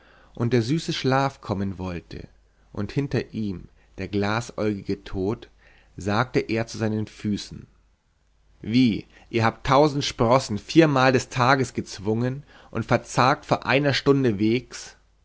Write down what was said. und der süße schlaf kommen wollte und hinter ihm der glasäugige tod sagte er zu seinen füßen wie ihr habt tausend sprossen viermal des tages gezwungen und verzagt vor einer stunde wegs